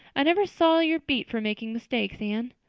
i never saw your beat for making mistakes, anne.